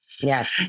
Yes